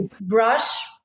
Brush